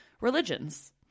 religions